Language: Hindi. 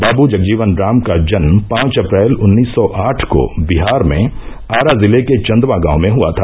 बाब्र जगजीवन राम का जन्म पांच अप्रैल उन्नीस सौ आठ को बिहार में आरा जिले के चंदवा गांव में हुआ था